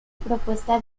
propuesta